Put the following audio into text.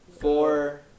Four